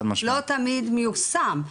לא תמיד מיושם,